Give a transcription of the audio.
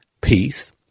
peace